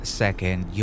second